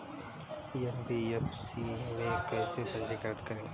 NBFC में कैसे पंजीकृत करें?